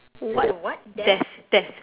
what what death death